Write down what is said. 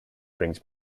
brings